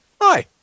hi